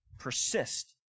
persist